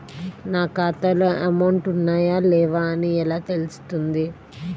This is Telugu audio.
నా ఖాతాలో అమౌంట్ ఉన్నాయా లేవా అని ఎలా తెలుస్తుంది?